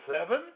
seven